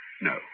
No